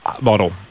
model